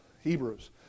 Hebrews